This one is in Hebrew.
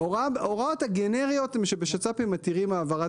ההוראות הגנריות שבשצ"פים מתירים העברת